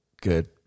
Good